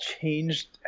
changed